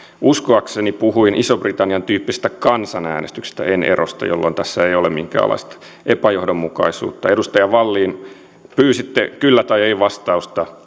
uskoakseni puhuin ison britannian tyyppisestä kansanäänestyksestä en erosta jolloin tässä ei ole minkäänlaista epäjohdonmukaisuutta edustaja wallin pyysitte kyllä tai ei vastausta